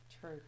True